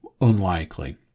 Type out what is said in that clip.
unlikely